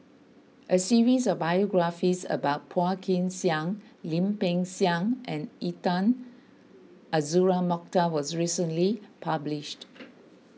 a series of biographies about Phua Kin Siang Lim Peng Siang and Intan Azura Mokhtar was recently published